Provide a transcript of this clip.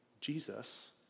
Jesus